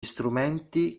strumenti